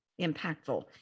impactful